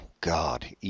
God